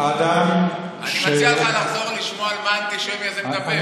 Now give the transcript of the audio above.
אני מציע לך לחזור לשמוע על מה האנטישמי הזה מדבר.